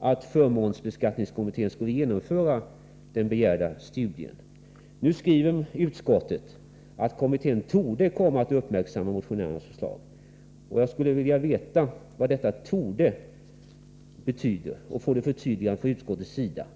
att förmånsbeskattningskommittén skulle genomföra den begärda studien. Men utskottet skriver bara att kommittén torde komma att uppmärksamma motionärernas förslag. Jag skulle vilja veta vad detta ”torde” betyder. Jag skulle således vilja ha ett förtydligande från utskottets sida.